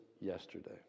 yesterday